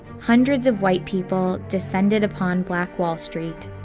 hundreds of white people descended upon black wall street,